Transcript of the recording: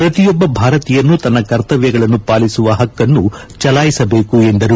ಪ್ರತಿಯೊಬ್ಬ ಭಾರತೀಯನೂ ತನ್ನ ಕರ್ತವ್ಲಗಳನ್ನು ಪಾಲಿಸುವ ಹಕ್ಕನ್ನು ಚಲಾಯಿಸಬೇಕು ಎಂದರು